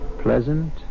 pleasant